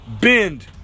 bend